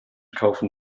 kaufen